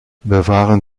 bewahren